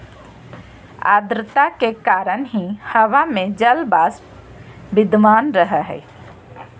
आद्रता के कारण ही हवा में जलवाष्प विद्यमान रह हई